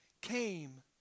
came